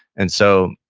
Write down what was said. and so,